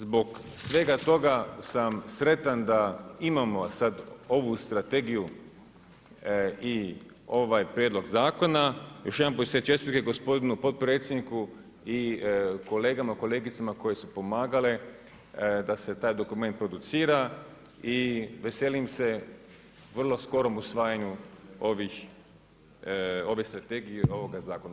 Zbog svega toga sam sretan da imamo a sad ovu strategiju i ovaj prijedlog zakona, još jedanput sve čestitke gospodinu potpredsjedniku i kolegama i kolegica koje su pomagali da se taj dokument producira i veselim se vrlom skorom usvajanju ove strategije ovoga zakona.